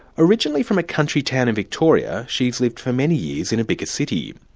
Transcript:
originally from a country town in victoria, she lived for many years in a bigger city.